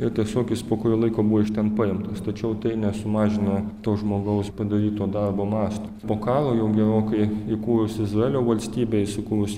ir tiesiog jis po kurio laiko buvo iš ten paimtas tačiau tai nesumažina to žmogaus padaryto darbo masto po karo jau gerokai įkūrus izraelio valstybę įsikūrus